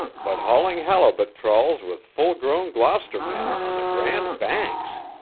but hauling halibut trawls with full-grown gloucester men on the grand banks!